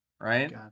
Right